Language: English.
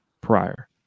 prior